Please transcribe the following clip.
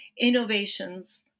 innovations